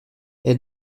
elle